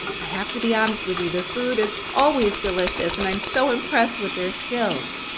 i have to be honest with you the food is always delicious and i'm so impressed with their skills.